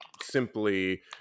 simply